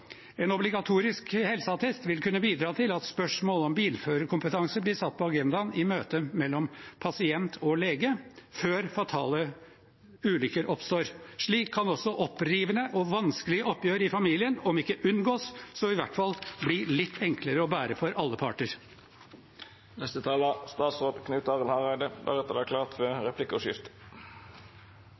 En obligatorisk helseattest vil kunne bidra til at spørsmål om bilførerkompetanse blir satt på agendaen i møtet mellom pasient og lege, før fatale ulykker oppstår. Slik kan også opprivende og vanskelige oppgjør i familien om ikke unngås, så i hvert fall bli litt enklere å bære for alle parter. Eg har ikkje så lang fartstid som statsråd, men det er